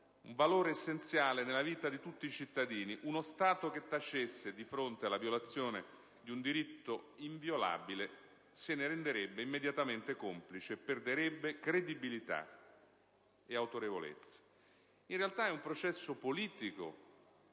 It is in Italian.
un valore essenziale nella vita di tutti cittadini. Uno Stato che tacesse di fronte alla violazione di un diritto inviolabile se ne renderebbe immediatamente complice e perderebbe credibilità e autorevolezza. In realtà è un processo politico